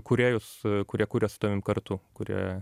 kūrėjus kurie kuria su tavim kartu kurie